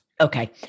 Okay